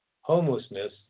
homelessness